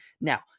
Now